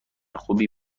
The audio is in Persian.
خوبی